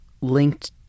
linked